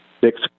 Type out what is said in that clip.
six